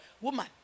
woman